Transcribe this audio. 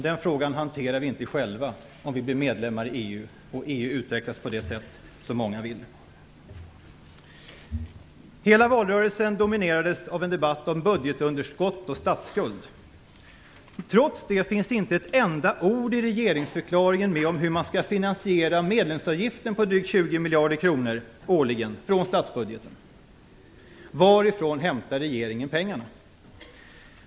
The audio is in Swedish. Den frågan hanterar vi inte själva om vi blir medlemmar i EU, och EU utvecklas på det sätt som många vill. Hela valrörelsen dominerades av en debatt om budgetunderskott och statsskuld. Trots det finns inte ett enda ord i regeringsförklaringen om hur man skall finansiera medlemsavgiften på drygt 20 miljarder kronor årligen från statsbudgeten. Varifrån hämtar regeringen pengarna?